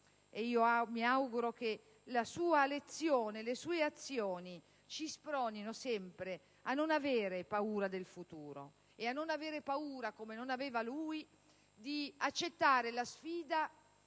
Mi auguro che la sua lezione e le sue azioni ci spronino sempre a non aver paura del futuro e a non avere paura, come non ne aveva lui, di accettare la sfida